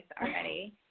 already